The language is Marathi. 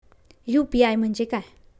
यू.पी.आय म्हणजे काय?